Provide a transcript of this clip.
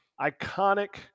iconic